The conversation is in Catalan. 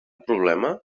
problema